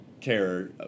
care